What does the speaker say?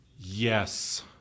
Yes